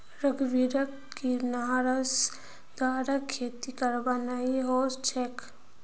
रघुवीरक ग्रीनहाउसेर द्वारा खेती करवा नइ ओस छेक